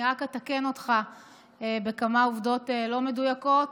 אני רק אתקן אותך בכמה עובדות לא מדויקות.